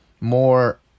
more